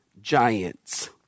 giants